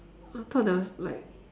I thought there was like